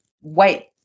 wait